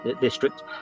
district